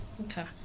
Okay